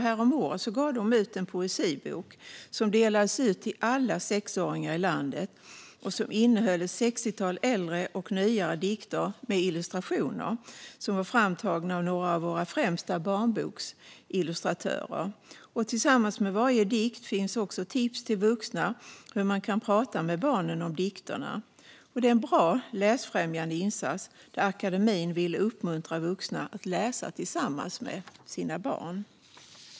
Häromåret gav de ut en poesibok, som delades ut till alla sexåringar i landet. Boken innehåller ett sextiotal äldre och nyare dikter med illustrationer framtagna av några av våra främsta barnboksillustratörer. Tillsammans med varje dikt finns också tips till vuxna om hur man kan prata med barnen om dikterna. Detta var en bra läsfrämjande insats av akademien, som ville uppmuntra vuxna att läsa tillsammans med sina barn.